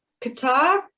qatar